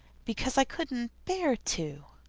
because i couldn't bear to.